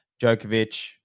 Djokovic